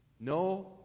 No